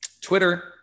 Twitter